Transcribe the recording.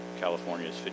California's